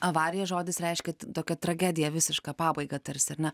avarija žodis reiškia tokią tragediją visišką pabaigą tarsi ar ne